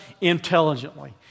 intelligently